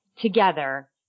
together